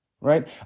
Right